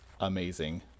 amazing